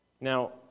Now